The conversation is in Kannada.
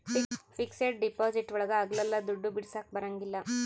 ಫಿಕ್ಸೆಡ್ ಡಿಪಾಸಿಟ್ ಒಳಗ ಅಗ್ಲಲ್ಲ ದುಡ್ಡು ಬಿಡಿಸಕ ಬರಂಗಿಲ್ಲ